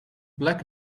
black